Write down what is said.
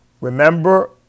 Remember